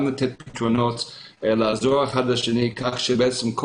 גם לתת פתרונות ולעזור אחד לשני כך שכל